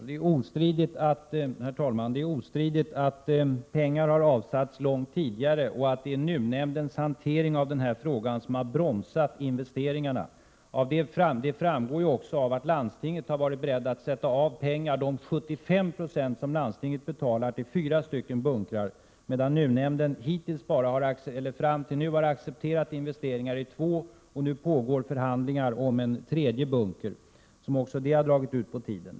Herr talman! Det är ostridigt att pengar har avsatts långt tidigare och att det är NUU-nämndens hantering av denna fråga som har bromsat investeringarna. Det framgår också av att landstinget har varit berett att sätta av de 75 Jo av kostnaden som landstinget skall stå för till fyra bunkrar, medan nämnden fram till nu bara har accepterat investeringar i två sådana. För närvarande pågår förhandlingar om en tredje bunker, vilka också har dragit på tiden.